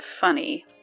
funny